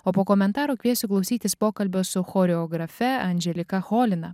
o po komentaro kviesiu klausytis pokalbio su choreografe andželika cholina